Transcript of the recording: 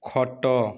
ଖଟ